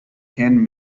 can